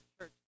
church